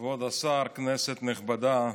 כבוד השר, כנסת נכבדה,